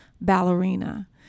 ballerina